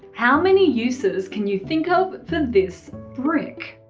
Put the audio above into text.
how many uses can you think of for this brick?